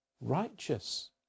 righteous